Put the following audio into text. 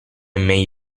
may